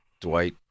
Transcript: Dwight